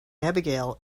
abigail